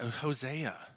Hosea